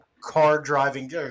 car-driving